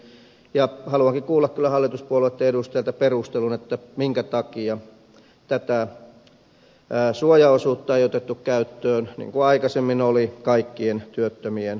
haluankin kyllä kuulla hallituspuolueitten edustajilta perustelun minkä takia tätä suojaosuutta ei otettu käyttöön niin kuin aikaisemmin oli kaikkien työttömien kohdalla